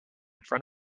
front